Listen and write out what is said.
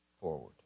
forward